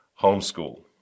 Homeschool